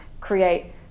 create